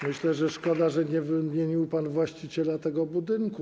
Myślę, że szkoda, że nie wymienił pan właściciela tego budynku.